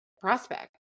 prospect